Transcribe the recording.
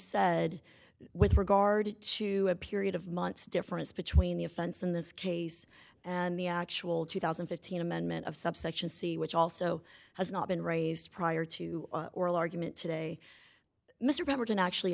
said with regard to a period of months difference between the offense in this case and the actual two thousand and fifteen amendment of subsection c which also has not been raised prior to oral argument today mr pemberton actually